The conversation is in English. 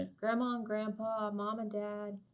ah grandma and grandpa, mom and dad,